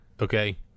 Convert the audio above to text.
okay